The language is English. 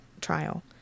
Trial